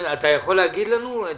אתה יכול להגיד לנו?